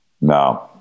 No